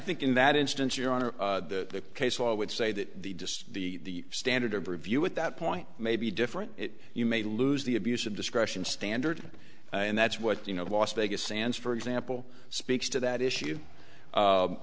think in that instance your honor the case law would say that the just the standard of review at that point may be different it you may lose the abuse of discretion standard and that's what you know last vegas sands for example speaks to that issue